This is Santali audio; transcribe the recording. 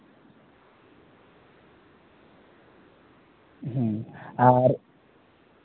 ᱦᱩᱸ ᱟᱨ